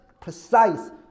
precise